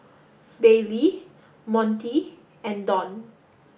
Bailee Montie and Dawn